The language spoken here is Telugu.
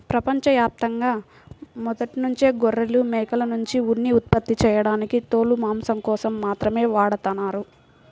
ప్రపంచ యాప్తంగా మొదట్నుంచే గొర్రెలు, మేకల్నుంచి ఉన్ని ఉత్పత్తి చేయడానికి తోలు, మాంసం కోసం మాత్రమే వాడతన్నారు